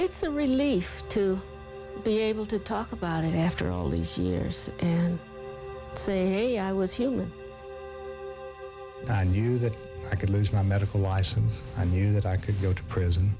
it's a relief to be able to talk about it after all these years and say i was human knew that i could lose my medical license i knew that i could go to prison